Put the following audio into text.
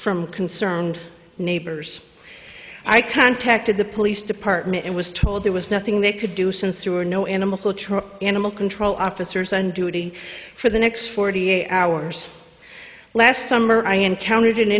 from concerned neighbors i contacted the police department and was told there was nothing they could do since there were no animal animal control officers on duty for the next forty eight hours last summer i encountered an